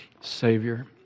Savior